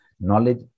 Knowledge